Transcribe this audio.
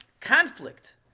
conflict